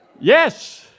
Yes